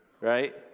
right